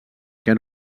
que